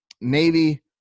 Navy